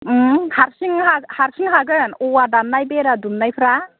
हारसिं हारसिं हागोन औवा दाननाय बेरा दुंनायफ्रा